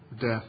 death